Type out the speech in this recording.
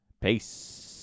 peace